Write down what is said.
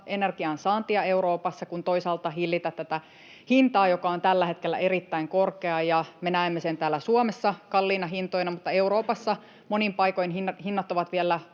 energiansaantia Euroopassa ja toisaalta hillitä tätä hintaa, joka on tällä hetkellä erittäin korkea. Me näemme sen täällä Suomessa kalliina hintoina, mutta Euroopassa monin paikoin hinnat ovat vielä